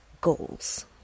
goals